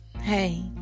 hey